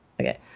Okay